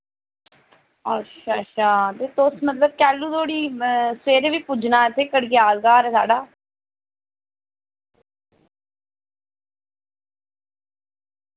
अच्छा अच्छा ते तुस मतलब कैल्लू धोड़ी सवेरे बी पुज्जना इत्थै कड़कयाल घर साढ़ा